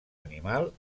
animal